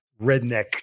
redneck